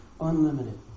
unlimited